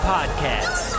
Podcast